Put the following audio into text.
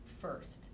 first